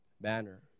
banner